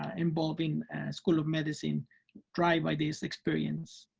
involving school of medicine try by this experience.